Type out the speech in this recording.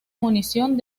munición